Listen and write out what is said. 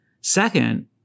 Second